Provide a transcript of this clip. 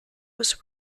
was